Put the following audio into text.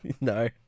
No